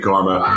Karma